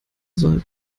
soll